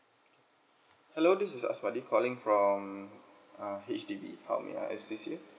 hello this is aswati calling from uh H_D_B how may I assist you